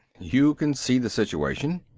you can see the situation.